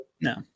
No